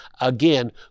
again